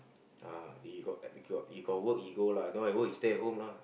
uh he got he got work he go lah don't have work he stay at home lah